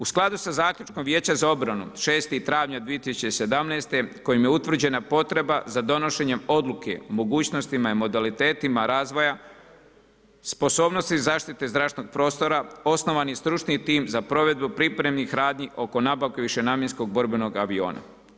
U skladu sa zaključkom Vijeća za obranu, 6. travnja 2017. kojim je utvrđena potreba za donošenjem odluke, mogućnostima i modalitetima razvoja, sposobnosti zaštite zračnog prostora, osnovan je stručni tim za provedbu pripremnih radnji oko nabavke višenamjenskog borbenog aviona.